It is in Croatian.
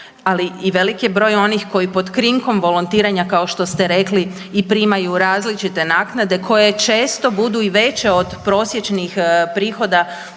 ali i velik je broj onih koji pod krinkom volontiranja kao što ste rekli i primaju različite naknade koje često budu i veće od prosječnih prihoda